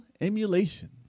emulation